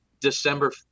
December